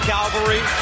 Calvary